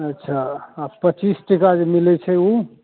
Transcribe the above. अच्छा आओर पचीस टका जे मिलै छै ओ कोन फूल छिए